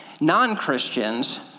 non-Christians